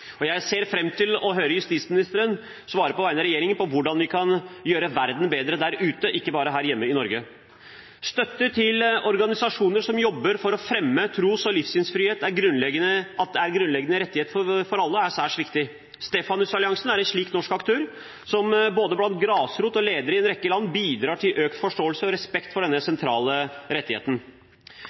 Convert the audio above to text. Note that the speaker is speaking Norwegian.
Jeg ser fram til å høre justisministeren på vegne av regjeringen svare på hvordan vi kan gjøre verden bedre der ute, ikke bare her hjemme i Norge. Støtte til organisasjoner som jobber for å fremme tros- og livssynsfrihet som en grunnleggende rettighet for alle, er særs viktig. Stefanusalliansen er en slik norsk aktør, som blant både grasrot og ledere i en rekke land bidrar til økt forståelse og respekt for denne sentrale rettigheten.